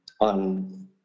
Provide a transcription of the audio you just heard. on